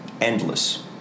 Endless